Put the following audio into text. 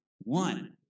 one